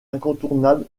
incontournable